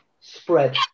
spread